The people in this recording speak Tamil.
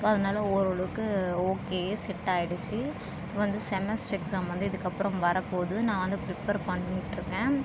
ஸோ அதனால ஓரளவுக்கு ஓகே செட்டாயிடுச்சு வந்து செமஸ்டர் எக்ஸாம் வந்து இதுக்கு அப்புறம் வரப்போது நான் வந்து ப்ரிப்பர் பண்ணிகிட்டுருக்கேன்